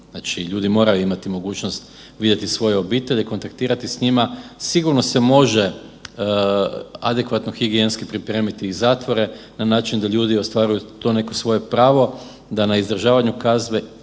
ljudi moraju imati mogućnost vidjeti svoje obitelji, kontaktirati s njima, sigurno se može adekvatno higijenski pripremiti i zatvore na način da ljudi ostvaruju to neko svoje pravo, da na izdržavanju kazne imaju